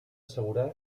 assegurar